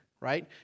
right